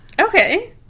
Okay